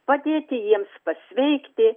padėti jiems pasveikti